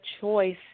choice